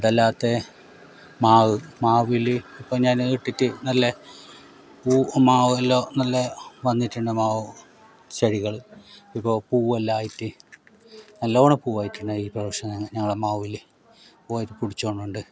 അതല്ലാതെ മാവ് മാവിൽ ഊഞ്ഞാൽ കെട്ടിയിട്ട് നല്ല പൂ മാവ് എല്ലാം നല്ല വന്നിട്ടുണ്ട് മാവ് ചെടികൾ ഇതിപ്പോൾ പൂവെല്ലാം ആയിട്ട് നല്ലോണം പൂവ് ആയിട്ടുണ്ടായി ഇപ്രാവശ്യം ഞങ്ങളെ മാവിൽ പൂവായിട്ട് പൊടിച്ചു വരുന്നുണ്ട്